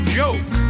joke